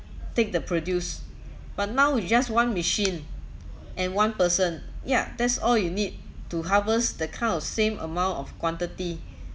take the produce but now with just one machine and one person yeah that's all you need to harvest the kind of same amount of quantity